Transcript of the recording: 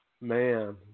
man